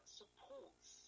supports